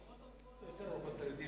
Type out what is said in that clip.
ועכשיו תנחש, יהיו פחות או יותר ארוחות?